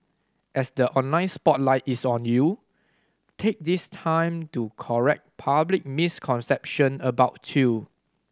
as the online spotlight is on you take this time to correct public misconception about you